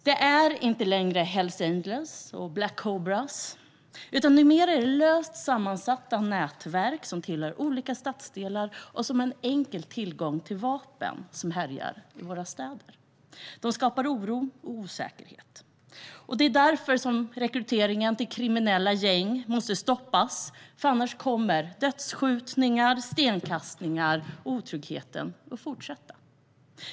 Det är inte längre Hells Angels och Black Cobra, utan numera är det löst sammansatta nätverk som tillhör olika stadsdelar och som har enkel tillgång till vapen som härjar i våra städer. De skapar oro och osäkerhet. Det är därför rekryteringen till kriminella gäng måste stoppas. Annars kommer dödsskjutningar, stenkastningar och otrygghet att fortsätta.